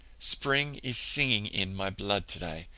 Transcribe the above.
spring is singing in my blood today,